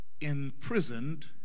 imprisoned